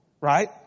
right